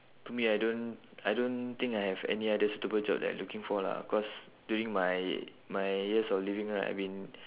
to me I don't I don't think I have any other stable jobs that I'm looking for lah cause during my my years of living right I've been